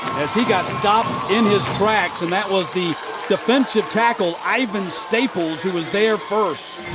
as he got stopped in his tracks. and that was the defensive tackle, ivan staples, who was there first.